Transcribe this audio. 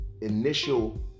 initial